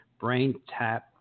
BrainTap